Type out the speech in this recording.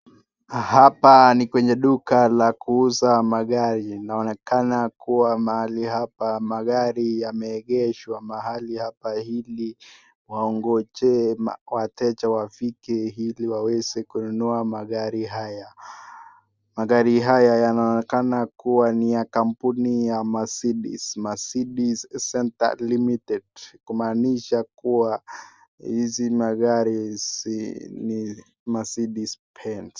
Hapa ni kwenye duka la kuuza magari inaonekana kuwa mahali hapa magari yameegeshwa mahali hapa ili waongoje wateja wafike ili waweze kununua magari haya. Magari haya yanaonekana kuwa ni ya kampuni ya Mercedes .Mercedes Center Limited. Kumaanisha kuwa hizi magari ni Mercedes Benz.